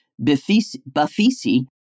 Bafisi